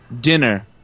dinner